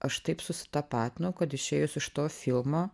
aš taip susitapatinau kad išėjus iš to filmo